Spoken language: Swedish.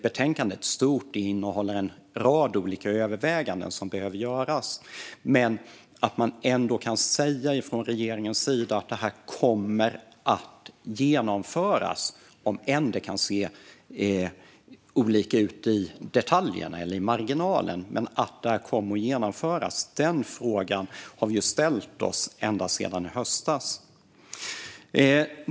Betänkandet är stort, och det innehåller en rad olika överväganden som behöver göras. Men om man ändå från regeringens sida kan säga att detta kommer att genomföras, även om det kan se olika ut i detaljerna eller i marginalerna, är en fråga vi har ställt oss ända sedan i höstas.